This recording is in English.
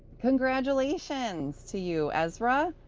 congratulations to you, ezra!